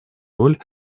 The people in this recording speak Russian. роль